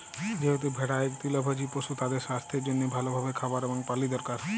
যেহেতু ভেড়া ইক তৃলভজী পশু, তাদের সাস্থের জনহে ভাল ভাবে খাবার এবং পালি দরকার